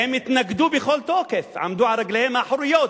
הם התנגדו בכל תוקף, עמדו על רגליהם האחוריות